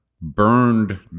burned